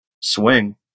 swing